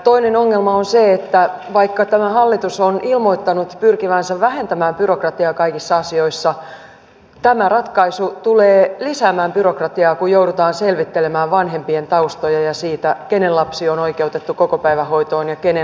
toinen ongelma on se että vaikka tämä hallitus on ilmoittanut pyrkivänsä vähentämään byrokratiaa kaikissa asioissa tämä ratkaisu tulee lisäämään byrokratiaa kun joudutaan selvittelemään vanhempien taustoja ja sitä kenen lapsi on oikeutettu kokopäivähoitoon ja kenen lapsi ei